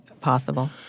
possible